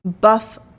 buff